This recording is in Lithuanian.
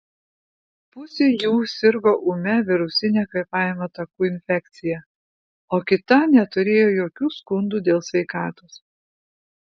pusė jų sirgo ūmia virusine kvėpavimo takų infekcija o kita neturėjo jokių skundų dėl sveikatos